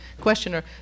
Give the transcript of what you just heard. questioner